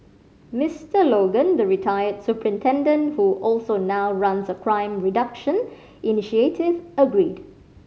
Mister Logan the retired superintendent who also now runs a crime reduction initiative agreed